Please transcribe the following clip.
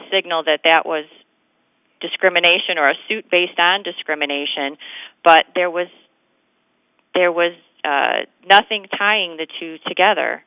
signal that that was discrimination or a suit based on discrimination but there was there was nothing tying the two together